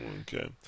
Okay